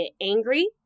angry